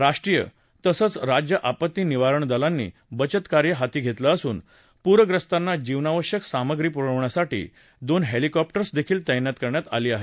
राष्ट्रीय तसंच राज्य आपत्ती निवारण दलांनी बचतकार्य हाती घेतलं असून पूरग्रस्तांना जीवनावश्यक सामग्री पुरवण्यासाठी दोन हेलिकॉप्टर्स देखील तैनात करण्यात आली आहेत